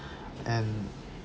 and